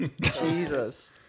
Jesus